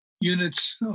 units